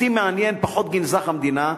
אותי מעניין פחות גנזך המדינה,